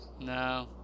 No